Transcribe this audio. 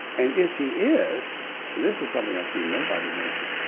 and if he is this is something i see nobody mentioned.